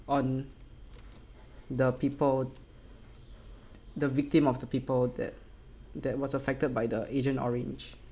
on the people the victim of the people that that was affected by the agent orange